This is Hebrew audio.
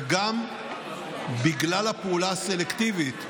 וגם בגלל הפעולה הסלקטיבית,